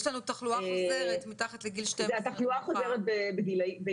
יש לנו תחלואה חוזרת מתחת לגיל 12. תחלואה חוזרת בילדים.